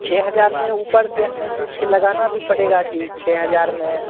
छः हज़ार में ऊपर से हमें कुछ लगाना भी पड़ेगा कि छः हज़ार में